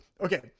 Okay